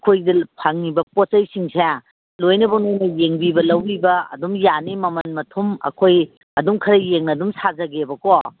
ꯑꯩꯈꯣꯏꯗ ꯐꯪꯉꯤꯕ ꯄꯣꯠ ꯆꯩꯁꯤꯡꯁꯦ ꯂꯣꯏꯅꯃꯛ ꯅꯣꯏꯅ ꯌꯦꯡꯕꯤꯕ ꯂꯧꯕꯤꯕ ꯑꯗꯨꯝ ꯌꯥꯅꯤ ꯃꯃꯜ ꯃꯊꯨꯝ ꯑꯩꯈꯣꯏ ꯑꯗꯨꯝ ꯈꯔ ꯌꯦꯡꯅ ꯑꯗꯨꯝ ꯁꯥꯖꯒꯦꯕꯀꯣ